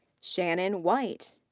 shannon white.